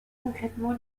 concrètement